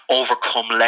overcome